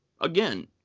again